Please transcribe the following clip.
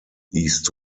east